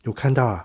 有看到啊